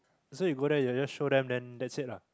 so you go there you just show them then that's it lah